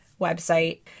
website